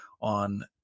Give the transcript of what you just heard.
on